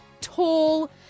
tall